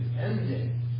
ending